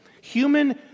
Human